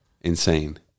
insane